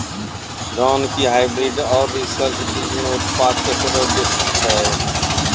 धान के हाईब्रीड और रिसर्च बीज मे उत्पादन केकरो बेसी छै?